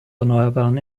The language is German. erneuerbaren